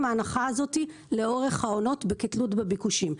ההנחה הזאת לאורך העונות כתלות בביקושים.